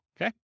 okay